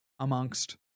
Amongst